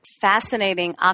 fascinating